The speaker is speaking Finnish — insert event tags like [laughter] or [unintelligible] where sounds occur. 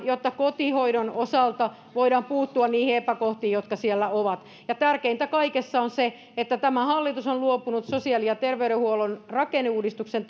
jotta kotihoidon osalta voidaan puuttua niihin epäkohtiin jotka siellä ovat tärkeintä kaikessa on se että tämä hallitus on luopunut sosiaali ja terveydenhuollon rakenneuudistuksen [unintelligible]